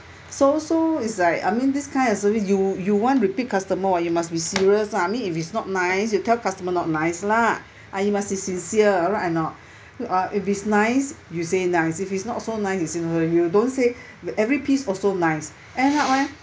so so it's like I mean this kind of service you you want repeat customer or you must be serious lah I mean if it's not nice you tell customer not nice lah ah you must be sincere right or not uh if it's nice you say nice if it's not so nice you say no you don't say every piece also nice and not why